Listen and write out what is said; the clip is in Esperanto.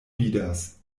vidas